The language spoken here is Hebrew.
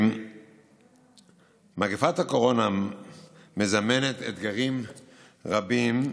מגפת הקורונה מזמנת אתגרים רבים,